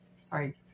Sorry